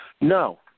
No